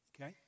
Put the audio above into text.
Okay